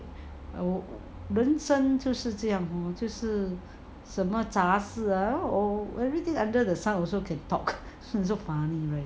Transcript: I would 人生就是这样 lor 就是什么扎事 ah everything under the sun also can talk funny right